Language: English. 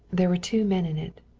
there were two men in it.